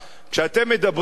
כשאתם מדברים,